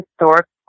Historical